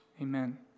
Amen